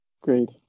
Great